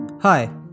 Hi